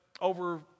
over